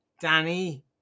Danny